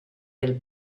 del